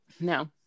No